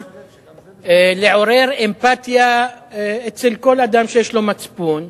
לעורר אמפתיה אצל כל אדם שיש לו מצפון,